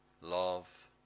love